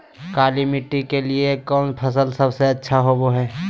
काली मिट्टी के लिए कौन फसल सब से अच्छा होबो हाय?